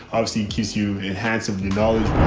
obviously in you enhancing the knowledge,